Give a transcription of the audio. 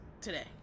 today